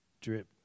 drip